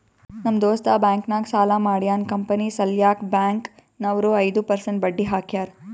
ನಮ್ ದೋಸ್ತ ಬ್ಯಾಂಕ್ ನಾಗ್ ಸಾಲ ಮಾಡ್ಯಾನ್ ಕಂಪನಿ ಸಲ್ಯಾಕ್ ಬ್ಯಾಂಕ್ ನವ್ರು ಐದು ಪರ್ಸೆಂಟ್ ಬಡ್ಡಿ ಹಾಕ್ಯಾರ್